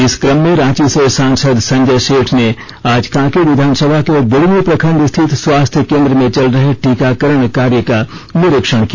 इस क्रम में रांची से सांसद संजय सेठ ने आज काँके विधानसभा के बुढ़मू प्रखंड स्थित स्वास्थ्य केंद्र में चल रहे टीकाकरण कार्य का निरीक्षण किया